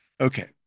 Okay